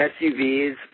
SUVs